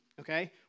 Okay